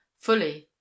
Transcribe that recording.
Fully